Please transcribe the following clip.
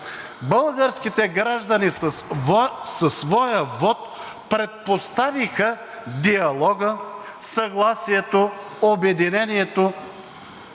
българските граждани със своя вот предпоставиха диалога, съгласието, обединението.